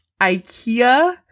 IKEA